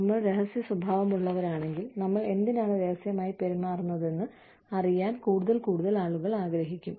നമ്മൾ രഹസ്യസ്വഭാവമുള്ളവരാണെങ്കിൽ നമ്മൾ എന്തിനാണ് രഹസ്യമായി പെരുമാറുന്നതെന്ന് അറിയാൻ കൂടുതൽ കൂടുതൽ ആളുകൾ ആഗ്രഹിക്കും